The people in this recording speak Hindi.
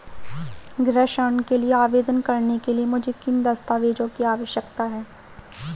गृह ऋण के लिए आवेदन करने के लिए मुझे किन दस्तावेज़ों की आवश्यकता है?